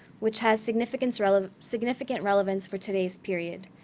which has significant sort of significant relevance for today's period.